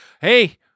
Hey